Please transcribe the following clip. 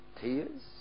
tears